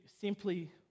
simply